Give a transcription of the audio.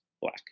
Black